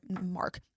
Mark